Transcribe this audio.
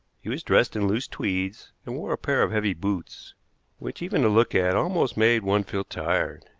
he was dressed in loose tweeds, and wore a pair of heavy boots which, even to look at, almost made one feel tired.